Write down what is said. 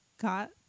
got